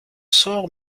sort